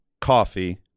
coffee